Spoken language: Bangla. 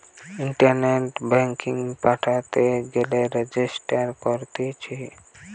ইন্টারনেটে ব্যাঙ্কিং পাঠাতে গেলে রেজিস্টার করতিছে